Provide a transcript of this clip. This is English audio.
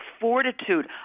fortitude